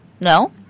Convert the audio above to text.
no